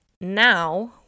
now